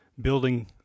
building